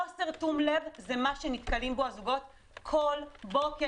חוסר תום-לב זה מה שנתקלים בו הזוגות כל בוקר.